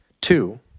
Two